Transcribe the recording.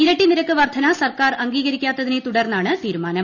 ഇരട്ടി നിരക്ക് വർധന സർക്കാർ അംഗീകരിക്കാത്തതിനെ തുടർന്നാണ് തീരുമാനം